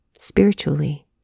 spiritually